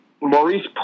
Maurice